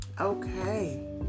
Okay